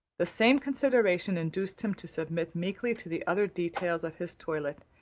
the same consideration induced him to submit meekly to the other details of his toilet,